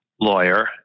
lawyer